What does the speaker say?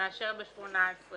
מאשר בשנת 2018